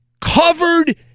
Covered